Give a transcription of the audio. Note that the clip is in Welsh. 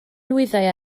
nwyddau